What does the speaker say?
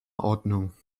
ordnung